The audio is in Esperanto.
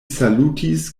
salutis